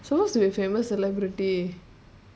supposed to be famous celebrity